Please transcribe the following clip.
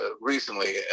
recently